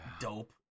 dope